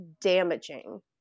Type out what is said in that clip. damaging